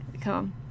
come